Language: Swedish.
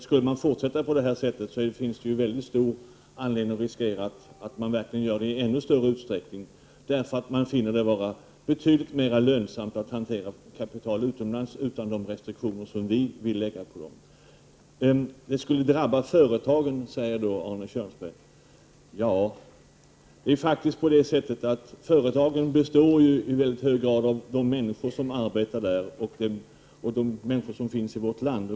Skall vi fortsätta på detta vis finns det en stor risk att det verkligen flyter ut i ännu större utsträckning, eftersom man finner det vara betydligt mera lönsamt att hantera kapital utomlands där det inte finns sådana restriktioner som vi vill lägga på kapitalet. Det skulle drabba företagen, säger Arne Kjörnsberg. Ja, företag består faktiskt i väldigt hög grad av de människor som arbetar och bor i vårt land.